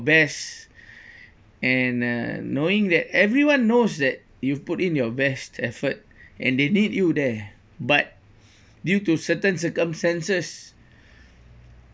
best and uh knowing that everyone knows that you put in your best effort and they need you there but due to certain circumstances